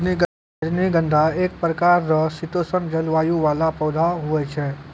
रजनीगंधा एक प्रकार रो शीतोष्ण जलवायु वाला पौधा हुवै छै